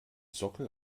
sockel